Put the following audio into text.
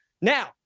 Now